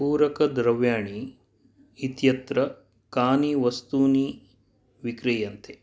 पूरकद्रव्याणि इत्यत्र कानि वस्तूनि विक्रीयन्ते